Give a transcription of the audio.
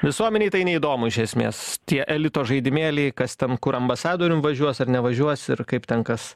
visuomenei tai neįdomu iš esmės tie elito žaidimėliai kas ten kur ambasadorium važiuos ar nevažiuos ir kaip ten kas